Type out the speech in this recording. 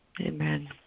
Amen